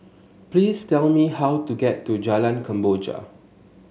please tell me how to get to Jalan Kemboja